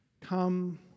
come